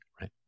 Right